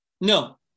no